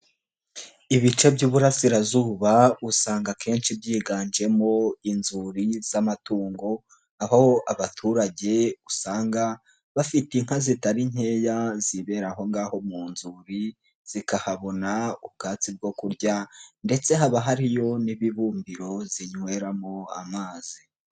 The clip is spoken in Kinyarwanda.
Ibice by'ububurasirazuba usanga akenshi byiganjemo inzuri z'amatungo aho abaturage usanga bafite inka zitari nkeya zibera aho ngaho mu nzuri zikahabona ubwatsi bwo kurya ndetse haba hariyo n'ibibumbiro zinyweramo amazi.